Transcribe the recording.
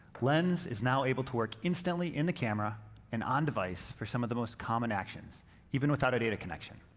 lens is now able to work instantly in the camera and on-device for some of the most common actions even without a data connection.